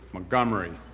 montgomery,